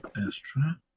Astra